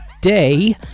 Day